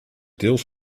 deels